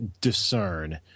discern